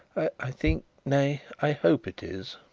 i think nay, i hope it is